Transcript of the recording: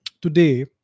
today